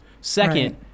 Second